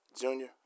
Junior